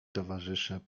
towarzysze